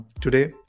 today